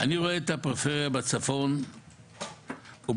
אני רואה את הפריפריה בצפון ובדרום,